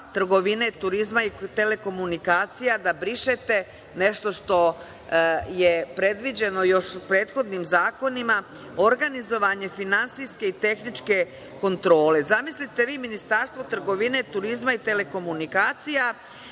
trgovine, turizma i telekomunikacija, da brišete nešto što je predviđeno još u prethodnim zakonima – organizovanje finansijske i tehničke kontrole. Zamislite vi Ministarstvo trgovine, turizma i telekomunikacija